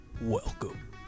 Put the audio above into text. welcome